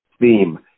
theme